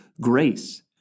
grace